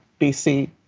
BC